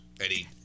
Eddie